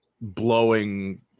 blowing